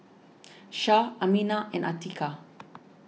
Syah Aminah and Atiqah